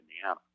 Indiana